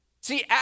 See